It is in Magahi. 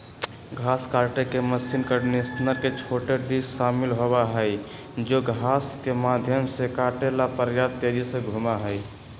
घास काटे के मशीन कंडीशनर में छोटे डिस्क शामिल होबा हई जो घास के माध्यम से काटे ला पर्याप्त तेजी से घूमा हई